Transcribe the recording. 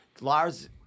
Lars